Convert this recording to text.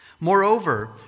Moreover